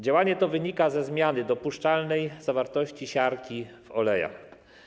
Działanie to wynika ze zmiany dopuszczalnej zawartości siarki w olejach.